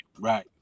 right